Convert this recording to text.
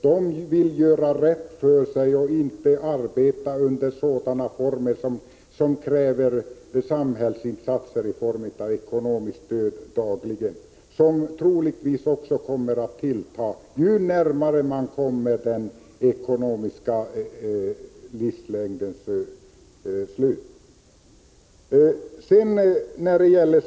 De vill göra rätt för sig och inte arbeta under sådana former som kräver samhällsinsatser av typen dagligt ekonomiskt stöd, vilket troligtvis också kommer att tillta ju närmare man kommer den ekonomiska livslängdens slut.